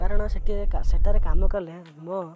କାରଣ ସେଠି ସେଠାରେ କାମ କଲେ ମୋ